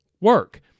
work